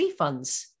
refunds